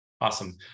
Awesome